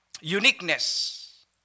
uniqueness